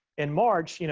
in march, you know